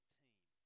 team